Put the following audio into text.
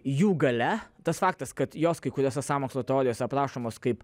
jų galia tas faktas kad jos kai kurios sąmokslo teorijos aprašomos kaip